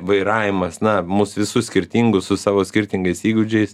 vairavimas na mus visus skirtingus su savo skirtingais įgūdžiais